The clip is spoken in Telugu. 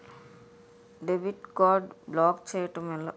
డెబిట్ కార్డ్ బ్లాక్ చేయటం ఎలా?